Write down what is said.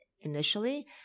initially